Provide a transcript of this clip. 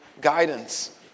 guidance